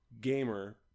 gamer